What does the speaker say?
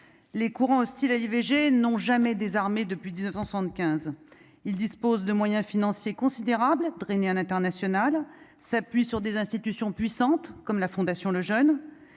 les courants hostiles à l'IVG n'ont jamais désarmé depuis 1975 il dispose de moyens financiers considérables, a traîné un international s'appuie sur des institutions puissantes, comme la Fondation Lejeune,